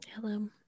Hello